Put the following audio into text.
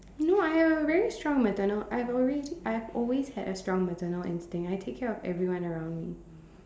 no I have a very strong maternal I have already I have always had a strong maternal instinct I take care of everyone around me